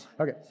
Okay